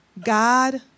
God